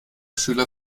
schüler